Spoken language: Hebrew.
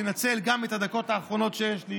אנצל את הדקות האחרונות שיש לי